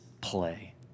play